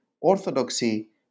Orthodoxy